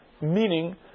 Meaning